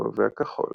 הצהוב והכחול.